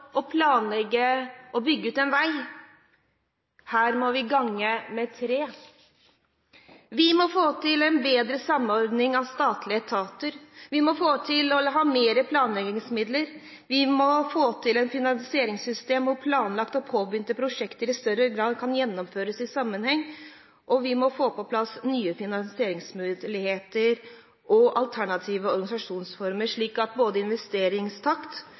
å planlegge og bygge ut en vei. Her må vi gange med tre. Vi må få til en bedre samordning av statlige etater. Vi må ha mer planleggingsmidler. Vi må få til et finansieringssystem hvor planlagte og påbegynte prosjekter i større grad kan gjennomføres i sammenheng, og vi må få på plass nye finansieringsmuligheter og alternative organisasjonsformer, slik at investeringstakten på både